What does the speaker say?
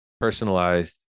personalized